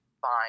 fine